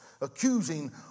accusing